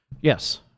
Yes